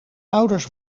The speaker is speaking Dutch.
ouders